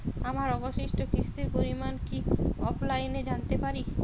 আমার অবশিষ্ট কিস্তির পরিমাণ কি অফলাইনে জানতে পারি?